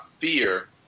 fear